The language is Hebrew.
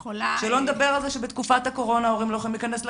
שלא נדבר על זה שבתקופת הקורונה הורים לא יכולים להיכנס לגן,